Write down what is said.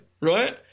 right